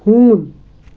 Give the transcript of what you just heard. ہوٗن